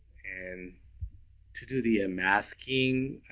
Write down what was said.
and to do the ah masking,